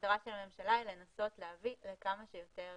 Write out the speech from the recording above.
המטרה שהממשלה היא לנסות להביא לכמה שיותר